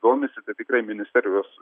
domisi tai tikrai ministerijos